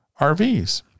RVs